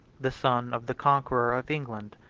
the son of the conqueror of england,